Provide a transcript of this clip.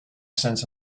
sense